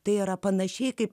tai yra panašiai kaip